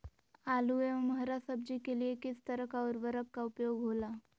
आलू एवं हरा सब्जी के लिए किस तरह का उर्वरक का उपयोग होला?